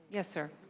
yes sir.